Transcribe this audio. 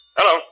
Hello